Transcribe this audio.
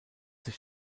sich